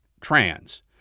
trans